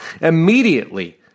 Immediately